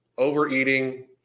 overeating